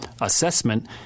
assessment